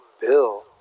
bill